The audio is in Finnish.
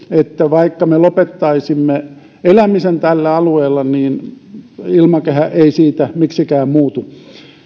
että vaikka me lopettaisimme elämisen tällä alueella niin ilmakehä ei siitä miksikään muutu